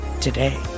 today